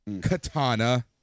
Katana